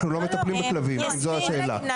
אנחנו לא מטפלים בכלבים אם זו השאלה.